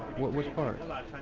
which part